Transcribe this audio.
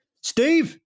Steve